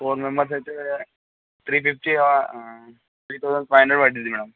four members అయితే three fifty three thousand five hundred పడ్టిద్ది madam